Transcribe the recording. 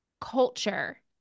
Culture